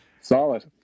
Solid